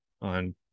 on